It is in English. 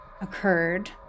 occurred